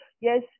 Yes